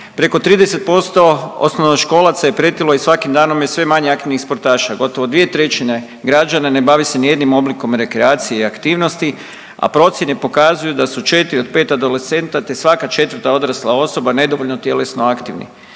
preko 30% osnovnoškolaca je pretilo i svakim danom je sve manje aktivnih sportaša, gotovo 2/3 građana ne bavi se nijednim oblikom rekreacije i aktivnosti, a procjene pokazuju da su 4 od 5 adolescenta, te svaka 4. odrasla osoba nedovoljno tjelesno aktivni.